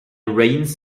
rains